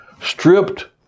Stripped